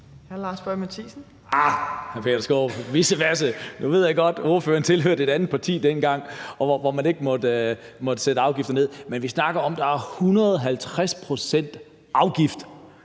15:56 Lars Boje Mathiesen (NB): Arh, hr. Peter Skaarup, vissevasse. Nu ved jeg godt, at ordføreren dengang tilhørte et andet parti, hvor man ikke måtte sætte afgifterne ned, men vi snakker om, at der er 150 pct. afgift